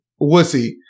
wussy